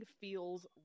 feels